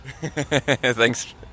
Thanks